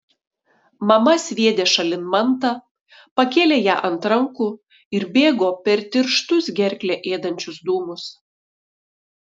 mama sviedė šalin mantą pakėlė ją ant rankų ir bėgo per tirštus gerklę ėdančius dūmus